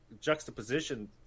juxtaposition